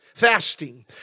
fasting